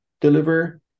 deliver